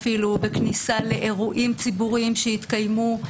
בכניסה לאירועים ציבוריים שהתקיימו,